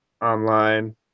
online